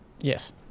yes